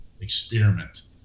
experiment